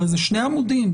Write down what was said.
הרי זה שני עמודים,